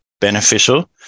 beneficial